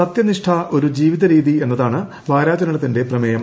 സത്യനിഷ്ഠ ഒരു ജീവിതരീതി എന്നതാണ് വാരാചരണത്തിന്റെ പ്രമേയം